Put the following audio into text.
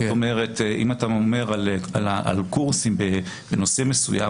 זאת אומרת אם אתה מדבר על קורסים בנושא מסוים,